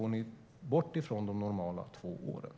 Går ni bort från de normala två åren?